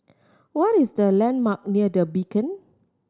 what is the landmark near The Beacon